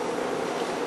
(איסוף,